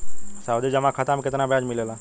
सावधि जमा खाता मे कितना ब्याज मिले ला?